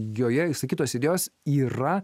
joje išsakytos idėjos yra